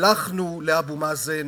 הלכנו לאבו מאזן